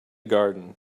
garden